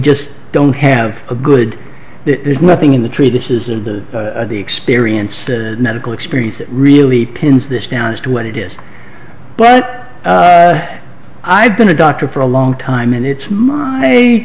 just don't have a good there's nothing in the treatises in the experience the medical experience that really pins this down as to what it is but i've been a doctor for a long time and it's my